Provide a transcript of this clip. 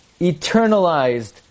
eternalized